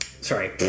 sorry